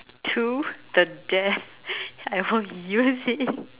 to the death I hope you see